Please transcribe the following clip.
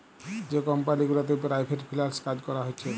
যে কমপালি গুলাতে private freelance কাজ ক্যরা হছে